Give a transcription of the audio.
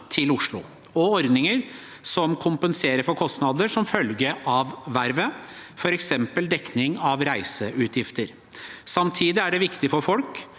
til Oslo, og ordninger som kompenserer for kostnader som følge av vervet, f.eks. dekning av reiseutgifter. Samtidig er det viktig for folks